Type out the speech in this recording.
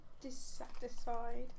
Dissatisfied